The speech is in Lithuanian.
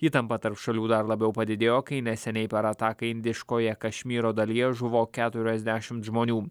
įtampa tarp šalių dar labiau padidėjo kai neseniai per ataką indiškoje kašmyro dalyje žuvo keturiasdešimt žmonių